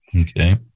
Okay